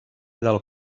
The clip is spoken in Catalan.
del